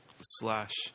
slash